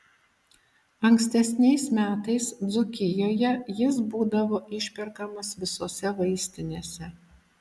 ankstesniais metais dzūkijoje jis būdavo išperkamas visose vaistinėse